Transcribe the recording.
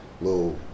little